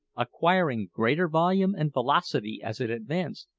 acquiring greater volume and velocity as it advanced,